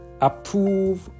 approve